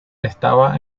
estaba